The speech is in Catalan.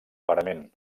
parament